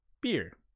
beer